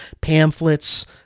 pamphlets